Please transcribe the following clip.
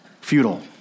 futile